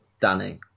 Danny